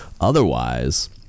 otherwise